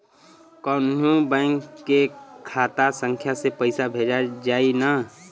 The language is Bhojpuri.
कौन्हू बैंक के खाता संख्या से पैसा भेजा जाई न?